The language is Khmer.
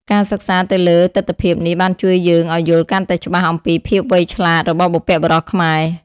ការសិក្សាទៅលើទិដ្ឋភាពនេះបានជួយយើងឲ្យយល់កាន់តែច្បាស់អំពីភាពវៃឆ្លាតរបស់បុព្វបុរសខ្មែរ។